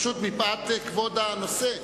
פשוט מפאת כבוד הנושא.